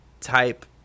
type